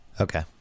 Okay